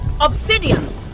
Obsidian